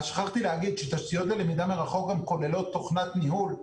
תשתיות ללמידה מרחוק כוללות תוכנת ניהול.